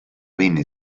venne